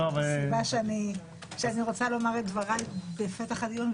וזאת הסיבה שאני רוצה לומר את דבריי בפתח הדיון,